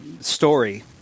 story